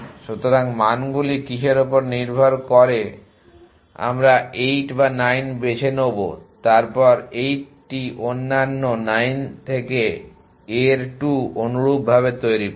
সুতরাং মানগুলি কিসের উপর নির্ভর করে আমরা 8 বা 9 বেছে নেব তারপরে 8টি অন্যান্য 9 থেকে a এর 2 অনুরূপভাবে তৈরি করব